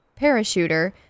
parachuter